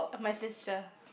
my sister